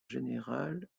général